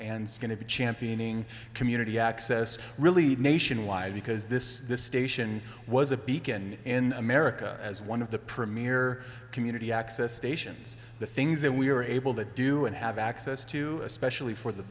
to be championing community access really nationwide because this station was a beacon in america as one of the premier community access stations the things that we were able to do and have access to especially for the